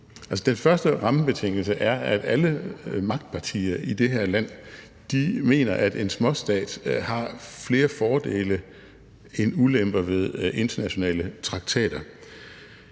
den første rammebetingelse er, at alle magtpartier i det her land mener, at en småstat har flere fordele end ulemper ved internationale traktater,